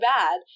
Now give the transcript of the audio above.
bad